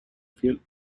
fiel